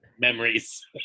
memories